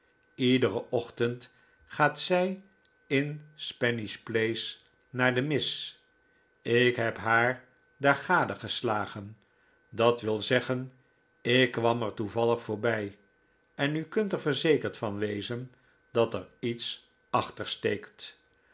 iederen ochtend gaat zij in spanish place naar de mis ik heb haar daar gadegeslagen dat wil zeggen ik kwam er toevallig voorbij en u kunt er verzekerd van wezen dat er iets achter steekt